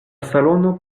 salono